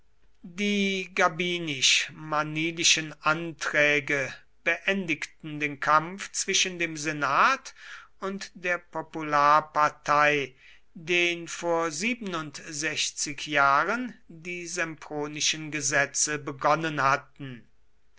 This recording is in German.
die gabinisch manilischen anträge beendigten den kampf zwischen dem senat und der popularpartei den vor siebenundsechzig jahren die sempronischen gesetze begonnen hatten